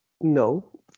No